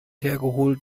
hergeholt